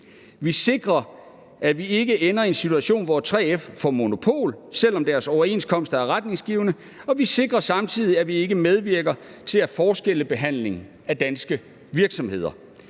vi sikrer, at vi ikke ender i en situation, hvor 3F får monopol, selv om deres overenskomster er retningsgivende, og vi sikrer samtidig, at vi ikke medvirker til forskelsbehandling af danske virksomheder.